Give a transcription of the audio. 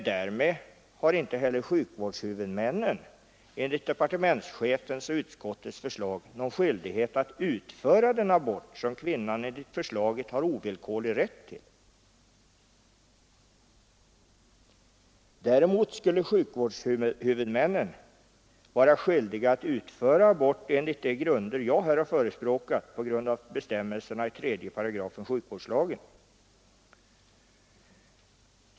Därmed har inte heller sjukvårdshuvudmännen enligt departementschefens och utskottets förslag någon skyldighet att utföra den abort som kvinnan enligt förslaget har ovillkorlig rätt till. Däremot skulle sjukvårdshuvudmännen vara skyldiga att utföra abort enligt de grunder jag här har förespråkat på grund av bestämmelserna i 3 § sjukvårdslagen.